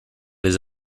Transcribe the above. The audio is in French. les